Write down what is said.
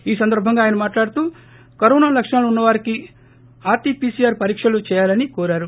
ఈ సందర్పంగా ఆయన మాట్హడుతూ కరోనా లక్షణాలు ఉన్నవారికి ఆర్టీపీసీఆర్ పరీక్షలు చేయాలని కోరారు